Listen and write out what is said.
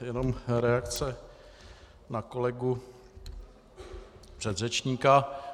Jenom reakce na kolegu předřečníka.